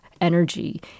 energy